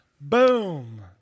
Boom